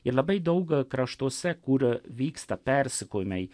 ir labai daug kraštuose kur vyksta persekiojimai